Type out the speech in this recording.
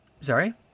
Sorry